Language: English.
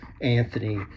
Anthony